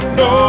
no